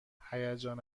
هیجان